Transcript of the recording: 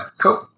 cool